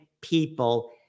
people